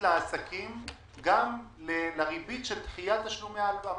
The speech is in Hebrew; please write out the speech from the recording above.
לעסקים גם לריבית של דחיית תשלומי ההלוואה,